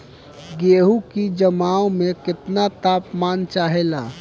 गेहू की जमाव में केतना तापमान चाहेला?